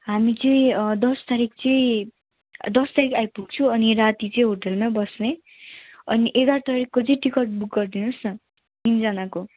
हामी चाहिँ दस तारिक चाहिँ दस तारिक आइपुग्छौँ अनि राति चाहिँ होटलमै बस्ने अनि एघार तारिकको चाहिँ टिकट बुक गरिदिनुहोस् न तिनजनाको